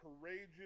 courageous